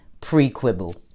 pre-quibble